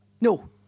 No